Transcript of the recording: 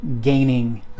gaining